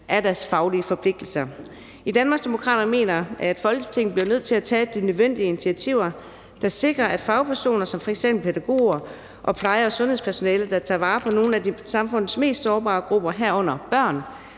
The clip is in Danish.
af deres faglige forpligtelser. Danmarksdemokraterne mener, at Folketinget bliver nødt til at tage de nødvendige initiativer, der sikrer, at fagpersoner som f.eks. pædagoger og pleje- og sundhedspersonale, der tager vare på nogle af samfundets mest sårbare grupper, herunder børn,